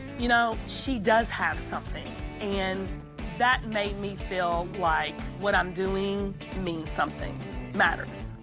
you know, she does have something. and that made me feel like what i'm doing means something matters.